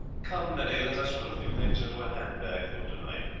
come, minnie, let us put a few things into a handbag for tonight.